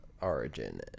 origin